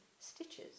Stitches